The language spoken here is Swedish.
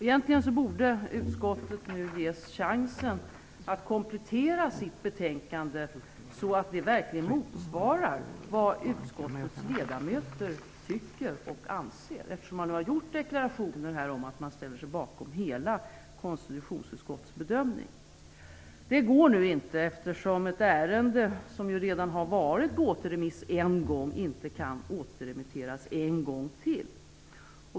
Egentligen borde utskottet nu ges chansen att komplettera sitt betänkande så att det verkligen motsvarar vad utskottets ledamöter tycker och anser. Det har ju gjorts deklarationer om att man ställer sig bakom hela konstitutionsutskottets bedömning. Detta går nu inte, eftersom ett ärende som redan en gång varit återremitterat inte kan återremitteras en gång till.